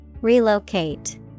Relocate